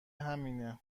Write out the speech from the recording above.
همینه